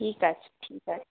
ঠিক আছে ঠিক আছে